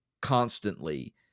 constantly